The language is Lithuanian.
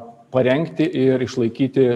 parengti ir išlaikyti